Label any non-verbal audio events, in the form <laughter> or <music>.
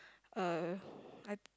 uh I <breath>